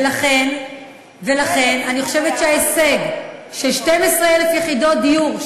ולכן אני חושבת שההישג של 12,000 יחידות דיור,